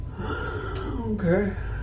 okay